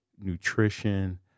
nutrition